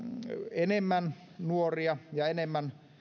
enemmän nuoria ja enemmän